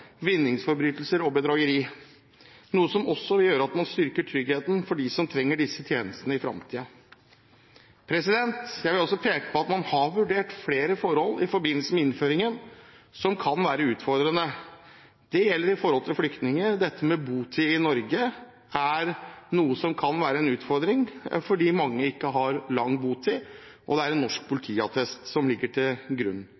vinningsforbrytelser og bedrageri, noe som også gjør at man styrker tryggheten for dem som trenger disse tjenestene i fremtiden. Jeg vil også peke på at man har vurdert flere forhold i forbindelse med innføringen som kan være utfordrende. Det gjelder flyktninger. Dette med botid i Norge er noe som kan være en utfordring, fordi mange ikke har lang botid og det er en norsk politiattest som ligger til grunn.